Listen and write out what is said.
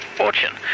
fortune